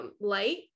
light